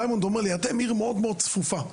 ריימונד אומר לי: אתם עיר צפופה מאוד.